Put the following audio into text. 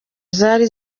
zari